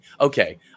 Okay